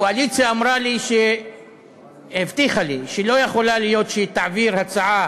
הקואליציה הבטיחה לי שלא יכול להיות שהיא תעביר הצעה